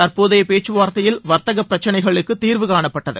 தற்போதைய பேச்சுவார்த்தையில் வர்த்தக பிரச்சினைகளுக்கு தீர்வுகாணப்பட்டது